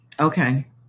Okay